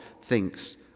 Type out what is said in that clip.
thinks